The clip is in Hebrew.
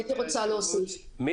אני